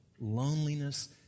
loneliness